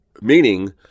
Meaning